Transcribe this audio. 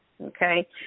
okay